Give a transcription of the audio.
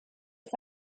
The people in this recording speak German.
ist